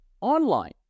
online